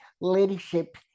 leadership